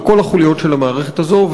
בכל החוליות של המערכת הזו.